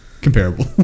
Comparable